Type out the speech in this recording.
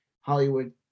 Hollywood